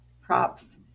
props